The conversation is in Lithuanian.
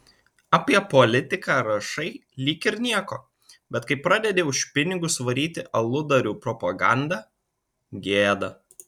apie politiką rašai lyg ir nieko bet kai pradedi už pinigus varyti aludarių propagandą gėda